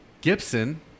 Gibson